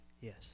Yes